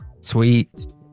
sweet